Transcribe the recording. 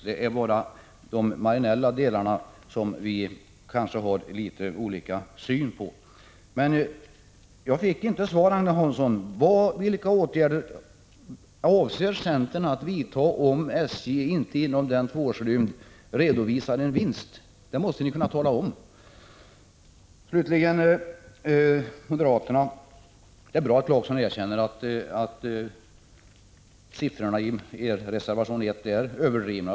Det är bara i marginella frågor som vi har olika synsätt. Men jag vill ändå upprepa min fråga till Agne Hansson: Vilka åtgärder avser centern att vidta om SJ inte inom den tvåårsperiod det gäller redovisar en vinst? Det måste ni kunna tala om. Vad sedan beträffar den moderata reservationen 1 vill jag säga att det är bra att Rolf Clarkson erkänner att siffrorna i reservationen är överdrivna.